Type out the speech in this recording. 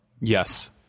Yes